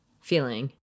feeling